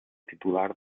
titular